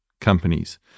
companies